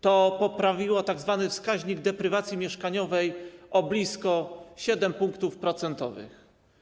To poprawiło tzw. wskaźnik deprywacji mieszkaniowej o blisko 7 punktów procentowych.